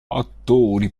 attori